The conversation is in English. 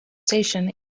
station